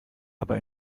aber